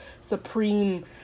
supreme